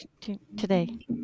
today